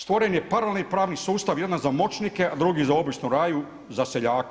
Stvoren je paralelni pravni sustav jedan za moćnike, a drugi za običnu raju za seljake.